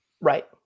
Right